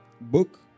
book